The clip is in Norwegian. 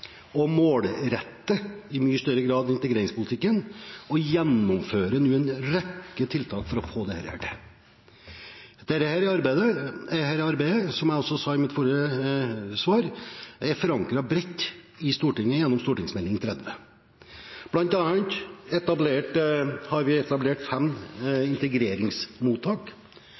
i mye større grad målrette integreringspolitikken, og vi gjennomfører nå en rekke tiltak for å få dette til. Dette arbeidet, som jeg også sa i mitt forrige svar, er bredt forankret i Stortinget gjennom Meld. St. 30 for 2015–2016. Blant annet har vi etablert fem integreringsmottak,